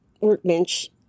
workbench